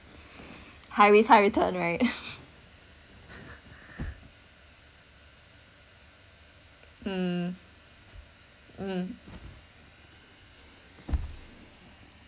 high risk high return right mm mm